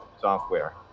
Software